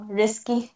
risky